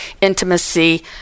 intimacy